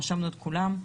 רשמנו את כולן,